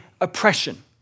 oppression